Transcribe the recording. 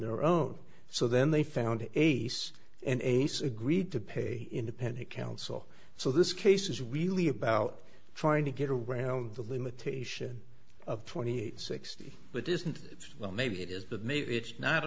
their own so then they found atheists and ace agreed to pay independent counsel so this case is really about trying to get around the limitation of twenty eight sixty but isn't it well maybe it is that maybe it's not